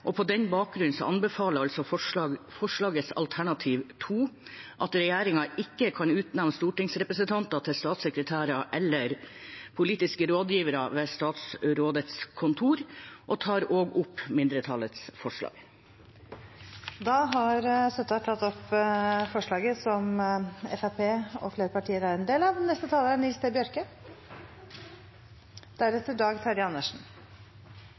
På den bakgrunn anbefaler jeg forslagets alternativ 2, at regjeringen ikke kan utnevne stortingsrepresentanter til statssekretærer eller ansette politiske rådgivere ved statsrådets kontorer. Jeg tar opp mindretallets forslag. Representanten Hanne Dyveke Søttar har tatt opp det forslaget hun refererte til. Eg meiner dette er eit svært godt og godt gjennomtenkt forslag. Det er synd at ein i dag